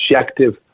objective